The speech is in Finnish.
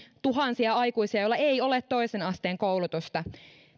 tuhansia aikuisia joilla ei ole toisen asteen koulutusta